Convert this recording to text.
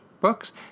books